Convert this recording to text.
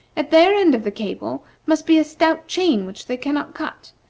at their end of the cable must be a stout chain which they cannot cut,